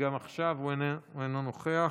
וגם עכשיו הוא אינו נוכח,